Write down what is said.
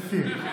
הסיר.